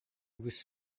was